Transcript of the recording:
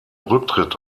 rücktritt